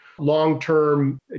long-term